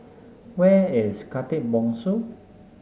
where is Khatib Bongsu